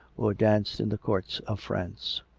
or danced in the courts of france.